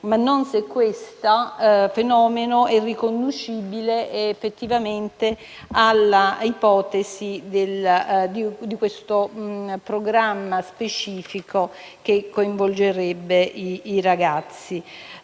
ma non ha detto se il fenomeno sia riconducibile effettivamente all'ipotesi di questo programma specifico che coinvolgerebbe i ragazzi.